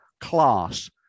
class